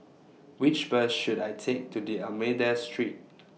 Which Bus should I Take to D'almeida Street